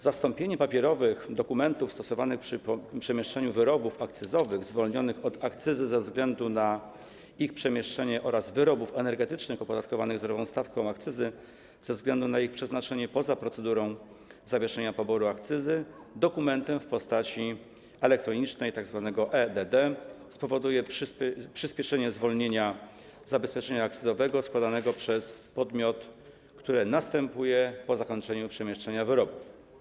Zastąpienie papierowych dokumentów stosowanych przy przemieszczaniu wyrobów akcyzowych zwolnionych od akcyzy ze względu na ich przeznaczenie oraz wyrobów energetycznych opodatkowanych zerową stawką akcyzy ze względu na ich przeznaczenie poza procedurą zawieszenia poboru akcyzy dokumentem w postaci elektronicznej, tzw. e-DD, spowoduje przyspieszenie zwolnienia zabezpieczenia akcyzowego składanego przez podmiot, które następuje po zakończeniu przemieszczenia wyrobów.